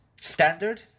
Standard